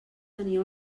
tenia